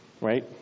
Right